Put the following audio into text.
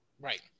Right